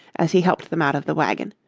as he helped them out of the wagon,